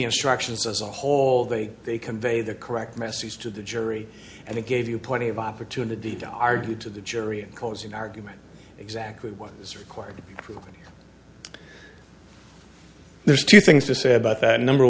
instructions as a whole they they convey the correct message to the jury and it gave you plenty of opportunity to argue to the jury in closing argument exactly what is required for acquittal there's two things to say about that number